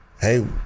hey